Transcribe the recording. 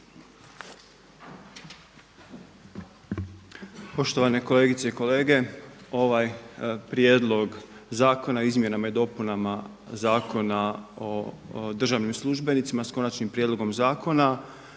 Poštovane kolegice i kolege. Ovaj Prijedlog zakona o izmjenama i dopunama Zakona o državnim službenicima, s Konačnim prijedlogom Zakona